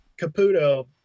Caputo